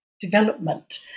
development